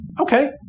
okay